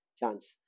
chance